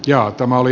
ja tämä oli